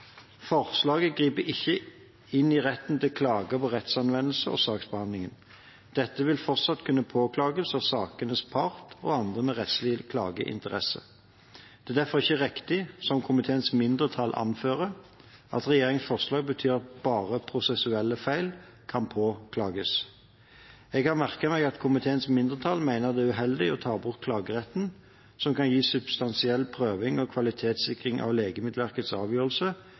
Forslaget griper ikke inn i retten til klage på rettsanvendelse og saksbehandling. Dette vil fortsatt kunne påklages av sakenes part og andre med rettslig klageinteresse. Det er derfor ikke riktig, som komiteens mindretall anfører, at regjeringens forslag betyr at bare prosessuelle feil kan påklages. Jeg har merket meg at komiteens mindretall mener at det er uheldig å ta bort klageretten som kan gi substansiell prøving og kvalitetssikring av Legemiddelverkets avgjørelse